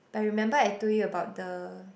but remember I told you about the